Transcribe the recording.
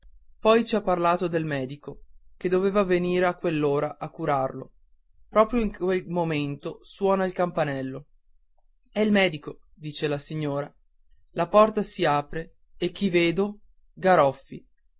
poi ci ha parlato del medico che doveva venir a quell'ora a curarlo proprio in quel punto suona il campanello è il medico dice la signora la porta s'apre e chi vedo garoffi